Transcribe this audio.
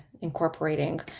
incorporating